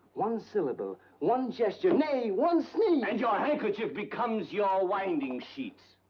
one syllable, one gesture nay, one sneeze! and your handkerchief becomes your winding sheet!